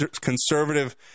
conservative